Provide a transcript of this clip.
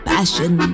Passion